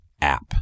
app